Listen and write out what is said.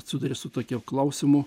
sutaria su tokiu klausimu